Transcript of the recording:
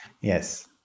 Yes